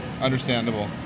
Understandable